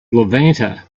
levanter